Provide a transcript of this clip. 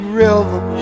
river